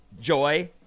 joy